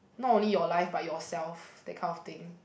not only your life but yourself that kind of thing